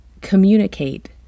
communicate